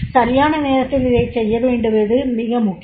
சரியான நேரத்தில் இதைச் செய்யவேண்டியது மிக முக்கியம்